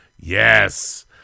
Yes